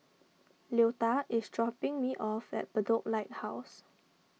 Leota is dropping me off at Bedok Lighthouse